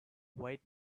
white